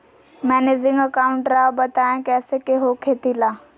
Managing account राव बताएं कैसे के हो खेती ला?